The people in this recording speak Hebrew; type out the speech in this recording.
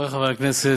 חברי חברי הכנסת,